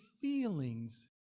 feelings